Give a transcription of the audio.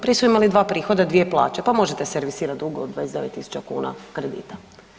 Prije su imali dva prihoda, dvije plaće pa možete servisirati dug od 29 tisuća kuna kredita.